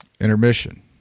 intermission